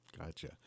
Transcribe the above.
gotcha